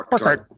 right